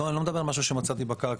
אני לא מדבר על משהו שמצאתי בקרקע.